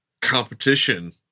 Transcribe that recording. competition